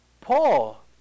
Paul